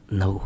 no